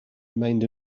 remained